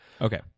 okay